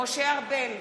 משה ארבל,